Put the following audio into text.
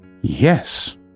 Yes